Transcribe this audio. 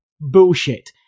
Bullshit